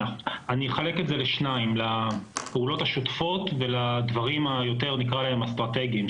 אני אחלק את זה לשניים: לפעולות השוטפות ולדברים היותר אסטרטגיים,